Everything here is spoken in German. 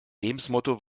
lebensmotto